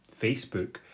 facebook